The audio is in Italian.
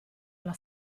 alla